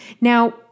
Now